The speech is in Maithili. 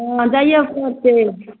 हँ जाइए पड़तै